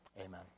amen